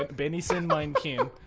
benyson myn kin!